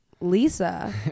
Lisa